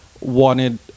wanted